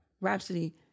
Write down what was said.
Rhapsody